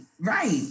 right